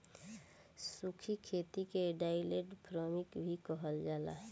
सूखी खेती के ड्राईलैंड फार्मिंग भी कहल जाला